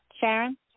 Sharon